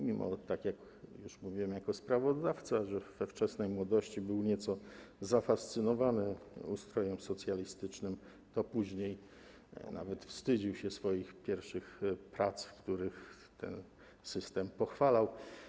Mimo że, tak jak już mówiłem jako sprawozdawca, we wczesnej młodości był on nieco zafascynowany ustrojem socjalistycznym, to później nawet wstydził się swoich pierwszych prac, w których ten system pochwalał.